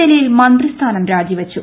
ജലീൽ മന്ത്രിസ്ഥാനം രാജിവച്ചു